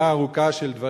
תלכו